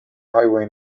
highway